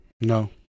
no